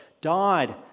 died